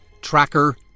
tracker